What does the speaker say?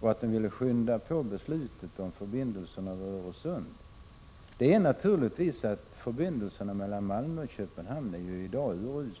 var att det ville skynda på beslutet om förbindelserna över Öresund. Förbindelserna mellan Malmö och Köpenhamn är ju urusla i dag.